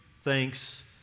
thanks